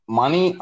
money